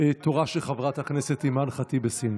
עכשיו תורה של חברת הכנסת אימאן ח'טיב יאסין.